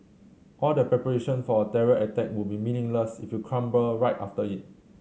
all the preparation for a terror attack would be meaningless if you crumble right after it